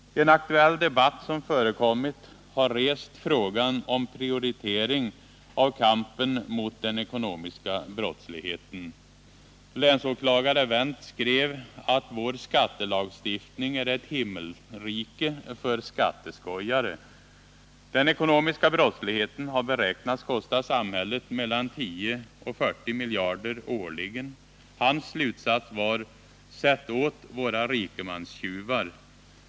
En aktuell debatt som förekommit har rest frågan om prioritering av kampen mot den ekonomiska brottsligheten. Länsåklagare Wendt skrev att vår skattelagstiftning är ett himmelrike för skatteskojare. Den ekonomiska brottsligheten har beräknats kosta samhället 10-40 miljarder årligen. Hans slutsats var: Sätt åt våra rikemanstjuvar.